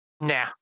nah